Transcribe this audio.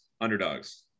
underdogs